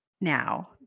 now